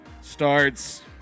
starts